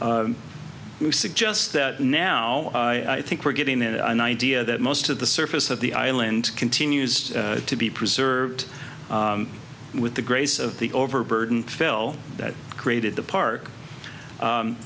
suggests that now i think we're getting into an idea that most of the surface of the island continues to be preserved with the grace of the overburden fell that created the park